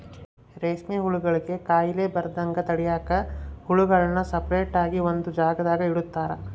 ರೇಷ್ಮೆ ಹುಳುಗುಳ್ಗೆ ಖಾಲಿ ಬರದಂಗ ತಡ್ಯಾಕ ಹುಳುಗುಳ್ನ ಸಪರೇಟ್ ಆಗಿ ಒಂದು ಜಾಗದಾಗ ಇಡುತಾರ